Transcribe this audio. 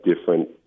different